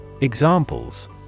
Examples